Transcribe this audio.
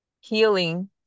healing